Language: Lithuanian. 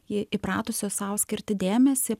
jie įpratusios sau skirti dėmesį